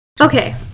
okay